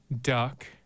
duck